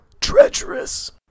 Treacherous